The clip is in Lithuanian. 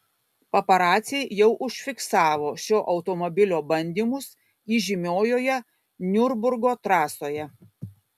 paparaciai jau užfiksavo šio automobilio bandymus įžymiojoje niurburgo trasoje